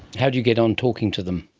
how do you get on talking to them?